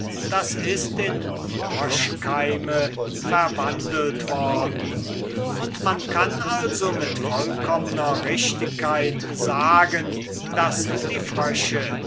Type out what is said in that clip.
d i in froschkeime verwandelt worden und man kann also mit vollkommner richtigkeit sagen daß die frösche